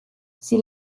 sie